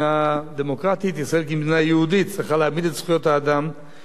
ישראל כמדינה יהודית צריכה להעמיד את זכויות האדם בראש דאגותיה.